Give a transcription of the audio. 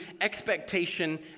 expectation